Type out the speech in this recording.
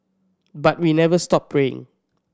but we never stop praying